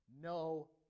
no